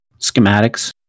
Schematics